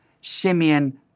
Simeon